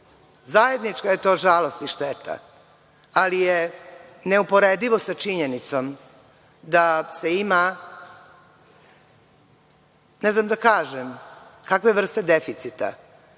Zajednička je to žalost i šteta, ali je neuporedivo sa činjenicom da se ima ne znam da kažem kakve vrste deficita,